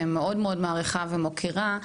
מאוד מאוד מעריכה ומוקירה,